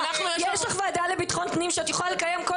יש לך ועדה לביטחון פנים שאת יכולה לקיים בה כל